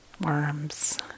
worms